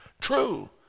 true